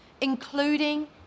including